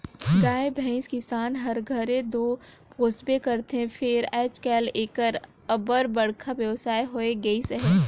गाय भंइस किसान हर घरे दो पोसबे करथे फेर आएज काएल एकर अब्बड़ बड़खा बेवसाय होए गइस अहे